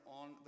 on